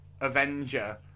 Avenger